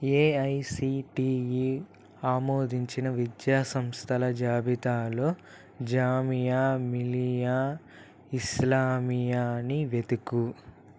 AICTE ఆమోదించిన విద్యా సంస్థల జాబితాలో జామియా మిలియా ఇస్లామియాని వెతుకు